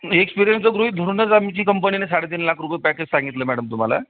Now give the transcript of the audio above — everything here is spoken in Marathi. एक्सपिरियन्स तर गृहीत धरूनच आमची कंपनीने साडेतीन लाख रुपय पॅकेज सांगितलं मॅडम तुम्हाला